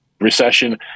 recession